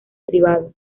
privado